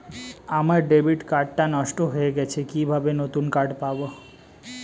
আমার debit card টা নষ্ট হয়ে গেছে কিভাবে নতুন কার্ড পাব?